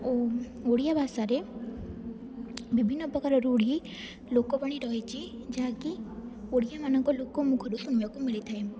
ଓ ଓଡ଼ିଆ ଭାଷାରେ ବିଭିନ୍ନ ପ୍ରକାର ରୂଢ଼ି ଲୋକବାଣୀ ରହିଛି ଯାହାକି ଓଡ଼ିଆମାନଙ୍କ ଲୋକ ମୁଖରୁ ଶୁଣିବାକୁ ମିଳିଥାଏ